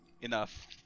enough